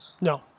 no